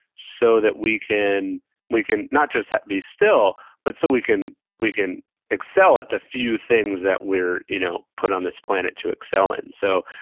so that we can we can not just be still, but so we can we can excel at the few things that we're you know put on this planet to excel in. so,